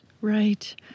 Right